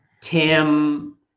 Tim